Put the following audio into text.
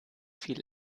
viel